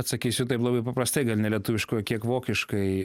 atsakysiu taip labai paprastai gal ne lietuviškojo kiek vokiškai